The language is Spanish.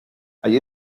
allí